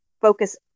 focus